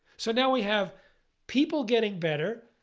so now we have people getting better.